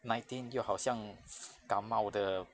nineteen 就好像感冒的